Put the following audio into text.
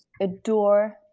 adore